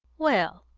well,